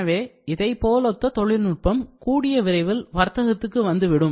எனவே இதனை போல் ஒத்த தொழில்நுட்பம் கூடிய விரைவில் வர்த்தகத்துக்கு வந்துவிடும்